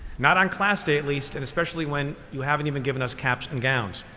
not on class day at least, and especially when you haven't even given us caps and gowns.